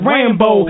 Rambo